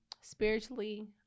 spiritually